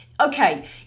okay